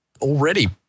already